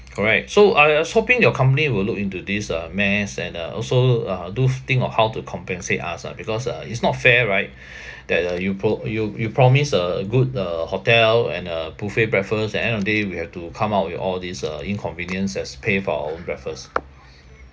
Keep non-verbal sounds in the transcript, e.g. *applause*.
correct so I was hoping your company will look into this uh mess and uh also uh do f~ think of how to compensate us ah because uh it's not fair right *breath* that uh you pro~ you you promise a a good uh hotel and a buffet breakfast and end of the day we have to come up with all this uh inconvenience as pay for our own breakfast